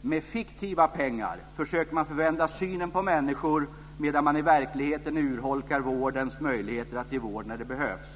Med fiktiva pengar försöker man förvända synen på människor medan man i verkligheten urholkar vårdens möjligheter att ge vård när det behövs.